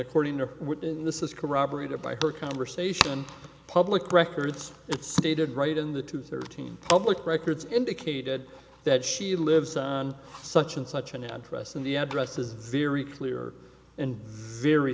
according to what in this is corroborated by her converse public records it stated right in the two thirteen public records indicated that she lives on such and such an address in the address is very clear and very